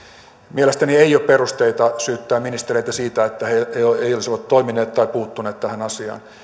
mielestäni ei ole perusteita syyttää ministereitä siitä että he eivät olisi toimineet tai puuttuneet tähän asiaan